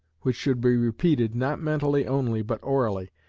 which should be repeated not mentally only, but orally,